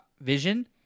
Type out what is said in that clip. vision